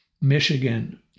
Michigan